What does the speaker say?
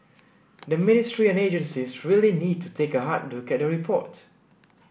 the ministry and agencies really need to take a hard look at the report